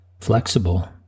flexible